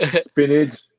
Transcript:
spinach